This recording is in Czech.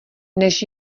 než